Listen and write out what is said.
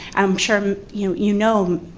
i'm sure you you know